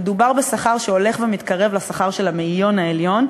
מדובר בשכר שהולך ומתקרב לשכר של המאיון העליון,